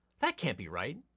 that can't be right,